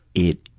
it.